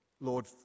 Lord